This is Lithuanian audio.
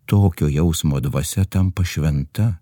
tokio jausmo dvasia tampa šventa